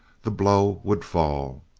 the blow would fall.